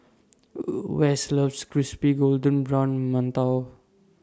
Wess loves Crispy Golden Brown mantou